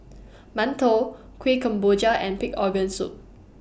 mantou Kuih Kemboja and Pig Organ Soup